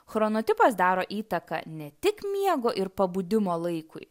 chronotipas daro įtaką ne tik miego ir pabudimo laikui